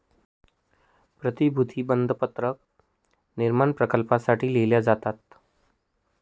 प्रतिभूती बंधपत्र निर्माण प्रकल्पांसाठी लिहिले जातात